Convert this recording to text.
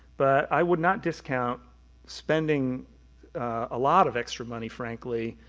but i would not discount spending a lot of extra money, frankly,